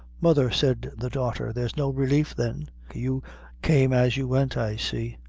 mother, said the daughter, there's no relief, then? you came as you went, i see.